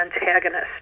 antagonist